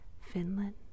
Finland